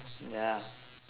ya